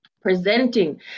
presenting